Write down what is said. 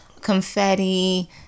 confetti